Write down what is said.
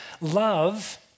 love